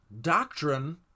doctrine